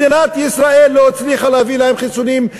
מדינת ישראל לא הצליחה להביא להם חיסונים.